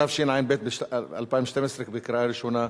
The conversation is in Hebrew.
התשע"ב 2012, בקריאה ראשונה.